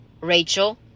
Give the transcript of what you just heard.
Rachel